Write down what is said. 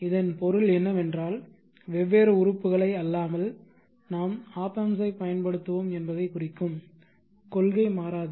இதன் பொருள் என்னவென்றால் வெவ்வேறு உறுப்புகளை அல்லாமல் நாம் ஒப் ஆம்ப்ஸை பயன்படுத்துவோம் என்பதைக் குறிக்கும் கொள்கை மாறாது